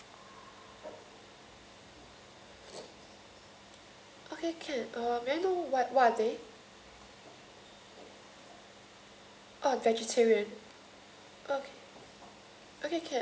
okay can uh may I know what what are they orh vegeterian okay okay can